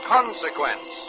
Consequence